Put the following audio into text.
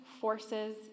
forces